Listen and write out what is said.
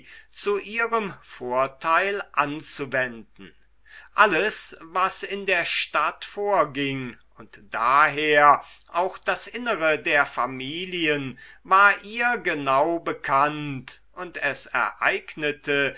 zu ihrem vorteil anzuwenden alles was in der stadt vorging und daher auch das innere der familien war ihr genau bekannt und es ereignete